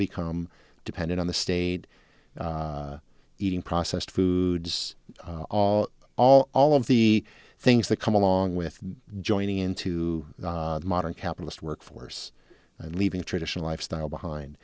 become dependent on the state eating processed foods all all all of the things that come along with joining into the modern capitalist workforce leaving the traditional lifestyle behind